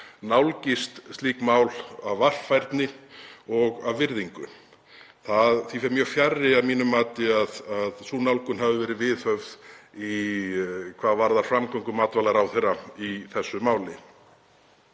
nálgist slík mál af varfærni og af virðingu. Því fer mjög fjarri að mínu mati að sú nálgun hafi verið viðhöfð í framgöngu matvælaráðherra í þessu máli.